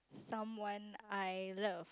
someone I love